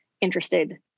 interested